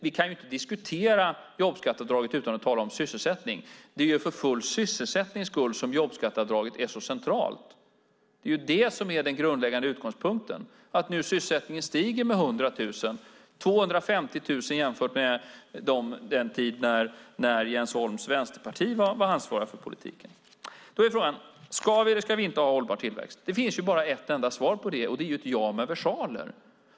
Vi kan inte diskutera jobbskatteavdrag utan att tala om sysselsättning. Det är ju för den fulla sysselsättningens skull som jobbskatteavdraget är så centralt. Det är den grundläggande utgångspunkten. Sysselsättningen stiger nu med 100 000 personer, och det är en ökning med 250 000 personer jämfört med den tid då Jens Holms vänsterparti var ansvarigt för politiken. Då är frågan: Ska vi eller ska vi inte ha hållbar tillväxt? Det finns bara ett enda svar på den frågan: JA.